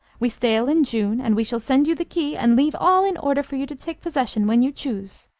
we sail in june and we shall send you the key, and leave all in order for you to take possession when you choose.